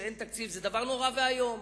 כשאין תקציב זה דבר נורא ואיום.